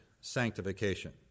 sanctification